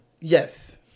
Yes